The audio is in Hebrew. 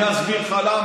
כולם יודעים.